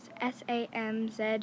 S-A-M-Z